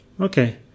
Okay